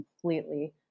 completely